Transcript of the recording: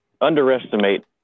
underestimate